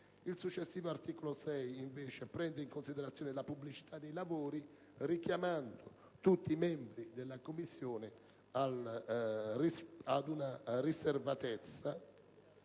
Il successivo articolo 6 prende invece in considerazione la pubblicità dei lavori richiamando tutti i membri della Commissione alla riservatezza